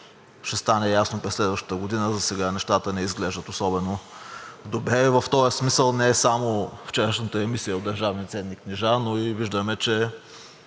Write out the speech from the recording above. ще стане ясно през следващата година, засега нещата не изглеждат особено добре и в този смисъл не е само вчерашната емисия от държавни ценни книжа, но и виждаме, че